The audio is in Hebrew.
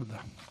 תודה.